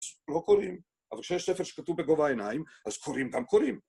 לא קוראים. אבל כשיש ספר שכתוב בגובה עיניים, אז קוראים גם קוראים.